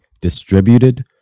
distributed